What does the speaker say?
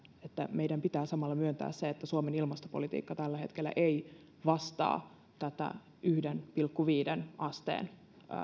meidän pitää samalla myöntää se että suomen ilmastopolitiikka tällä hetkellä ei vastaa tätä yhteen pilkku viiteen asteen